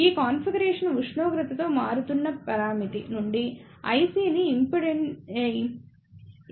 ఈ కాన్ఫిగరేషన్ ఉష్ణోగ్రతతో మారుతున్న పరామితి నుండి IC ని ఇండిపెండెంట్ చేస్తుంది